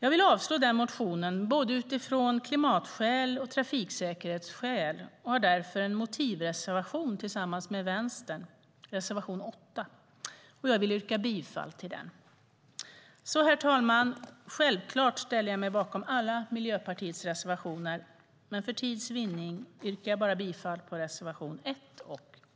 Vi vill avstyrka den motionen både av klimatskäl och av trafiksäkerhetsskäl och har därför en motivreservation tillsammans med Vänstern, reservation 8, och jag yrkar bifall till den. Herr talman! Självklart ställer jag mig bakom alla Miljöpartiets reservationer, men för tids vinnande yrkar jag bifall bara till reservationerna 1 och 8.